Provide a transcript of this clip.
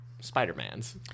Spider-Man's